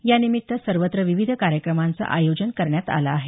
यानिमित्त सर्वत्र विविध कार्यक्रमांचं आयोजन करण्यात आलं आहे